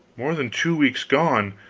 more than two weeks gone,